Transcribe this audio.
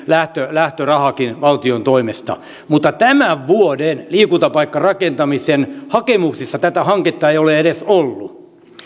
lähtörahakin valtion toimesta mutta tämän vuoden liikuntapaikkarakentamisen hakemuksissa tätä hanketta ei ole edes ollut